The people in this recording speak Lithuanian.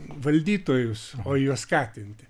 valdytojus o juos skatinti